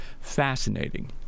Fascinating